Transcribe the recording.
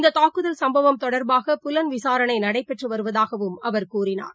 இந்ததாக்குதல் சும்பவம் தொடர்பாக புலன்விசாரணைநடைபெற்றுவருவதாகஅவர் கூறினார்